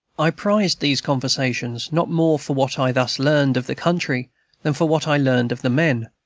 i prized these conversations not more for what i thus learned of the country than for what i learned of the men.